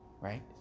Right